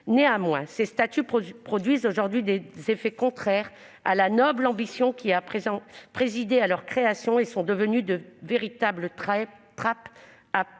Néanmoins, ces statuts produisent aujourd'hui des effets contraires à la noble ambition qui a présidé à leur création et sont devenus de véritables « trappes à